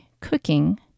cooking